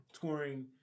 touring